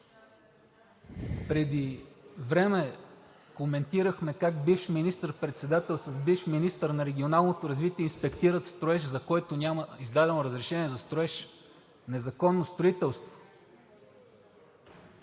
Преди време коментирахме как бивш министър-председател с бивш министър на регионалното развитие инспектират строеж, за който няма издадено разрешение за строеж. Незаконно строителство!